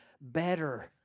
better